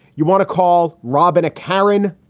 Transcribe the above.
you want to call robin? karen,